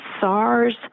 SARS